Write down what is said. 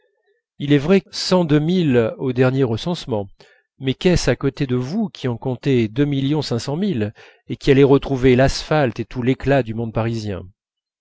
il est vrai cent deux mille au dernier recensement mais qu'est-ce à côté de vous qui en comptez deux millions cinq cent mille et qui allez retrouver l'asphalte et tout l'éclat du monde parisien